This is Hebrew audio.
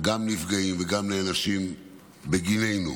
גם נפגעים וגם נענשים בגיננו.